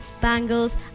bangles